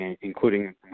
including